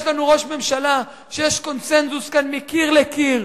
יש לנו ראש ממשלה שיש קונסנזוס כאן מקיר לקיר,